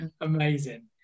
Amazing